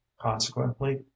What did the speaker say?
consequently